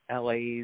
LA's